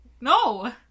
No